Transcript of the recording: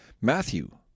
Matthew